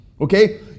Okay